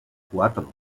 cuatro